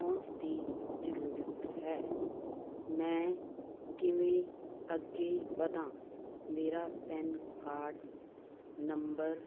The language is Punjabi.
ਪਹੁੰਚ ਦੀ ਜ਼ਰੂਰਤ ਹੈ ਮੈਂ ਕਿਵੇਂ ਅੱਗੇ ਵਧਾਂ ਮੇਰਾ ਪੈਨ ਕਾਰਡ ਨੰਬਰ